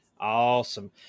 awesome